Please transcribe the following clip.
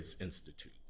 Institute